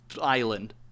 island